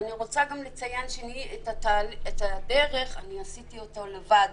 אני רוצה גם לציין שאת הדרך עשיתי לבד.